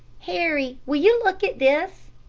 harry, will you look at this?